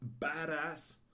badass